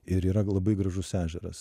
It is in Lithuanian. ir yra labai gražus ežeras